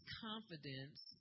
confidence